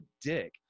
dick